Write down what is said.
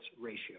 ratio